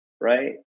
Right